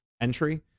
entry